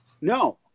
No